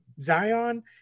Zion